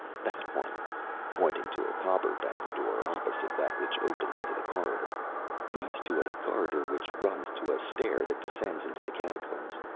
that one pointing to a copper-bound door opposite that which opened into the corridor leads to a corridor which runs to a stair that descends into the catacombs.